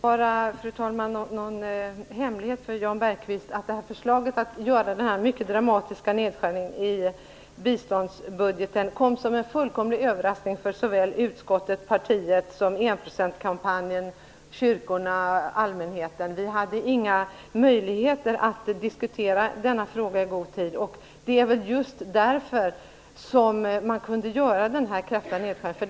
Fru talman! Det kan ändå inte vara någon hemlighet för Jan Bergqvist att förslaget att göra den här mycket dramatiska nedskärningen i biståndsbudgeten kom som en fullkomlig överraskning för såväl utskottet som partiet, enprocentskampanjen, kyrkorna och allmänheten. Vi hade inga möjligheter att diskutera denna fråga i god tid. Det är väl just därför som man kunde göra den här kraftiga nedskärningen.